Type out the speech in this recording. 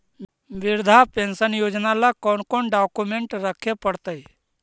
वृद्धा पेंसन योजना ल कोन कोन डाउकमेंट रखे पड़तै?